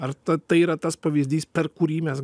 ar ta tai yra tas pavyzdys per kurį mes